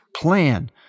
plan